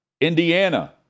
Indiana